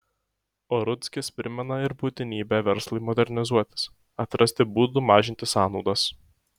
o rudzkis primena ir būtinybę verslui modernizuotis atrasti būdų mažinti sąnaudas